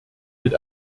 mit